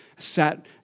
sat